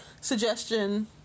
suggestion